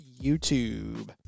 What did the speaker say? YouTube